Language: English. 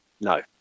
No